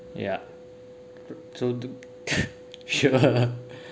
ya so the sure